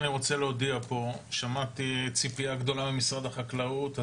אני רוצה להודיע להודיע פה: שמעתי ציפייה גדולה ממשרד החקלאות.